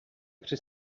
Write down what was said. při